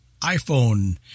iPhone